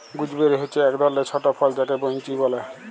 gooseberry হচ্যে এক ধরলের ছট ফল যাকে বৈনচি ব্যলে